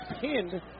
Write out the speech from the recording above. pinned